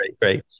great